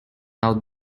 out